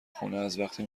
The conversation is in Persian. خونه، ازوقتی